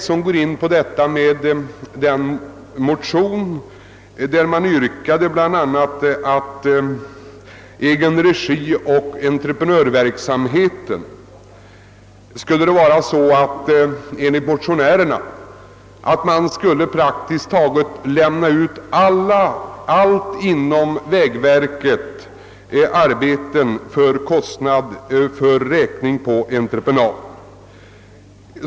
Sedan tog herr Bengtson upp den motion i vilken det beträffande egen regi och entreprenörverksamhet föreslås, att praktiskt taget alla arbeten inom det nya vägverket skulle lämnas ut på entreprenad.